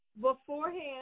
beforehand